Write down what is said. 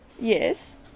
Yes